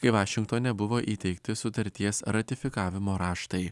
kai vašingtone buvo įteikti sutarties ratifikavimo raštai